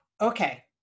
Okay